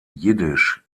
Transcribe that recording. jiddisch